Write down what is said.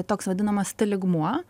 toks vadinamas t lygmuo